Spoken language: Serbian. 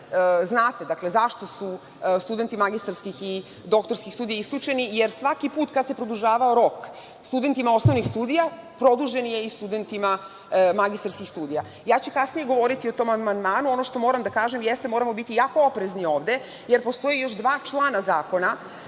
znate. Dakle, zašto su studenti magistarskih i doktorskih studija isključeni, jer svaki put kad se produžavao rok studentima osnovnih studija, produžen je i studentima magistarskih studija? Kasnije ću govoriti o tom amandmanu. Ono što moram da kažem jeste da moramo biti jako oprezni ovde jer postoje još dva člana zakona.